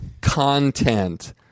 Content